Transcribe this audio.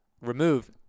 remove